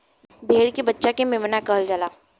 भेड़ के बच्चा के मेमना कहल जाला